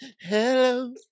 Hello